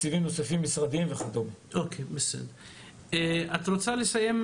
את רוצה לסיים,